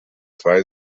zwei